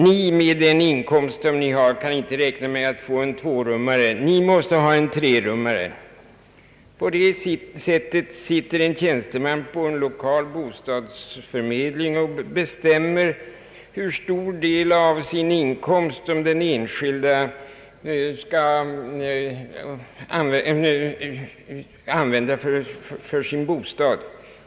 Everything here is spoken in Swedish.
»Ni, med den inkomst ni har, kan inte räkna med att få en tvårummare, ni måste ha en trerummare.» På det sättet sitter en tjänsteman på en lokal bostadsförmedling och bestämmer hur stor del av sin inkomst den enskilde skall använda för sin bostad.